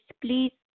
Please